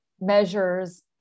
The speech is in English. measures